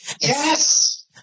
Yes